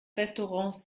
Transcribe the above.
restaurants